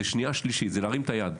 זה שנייה-שלישית, זה להרים את היד.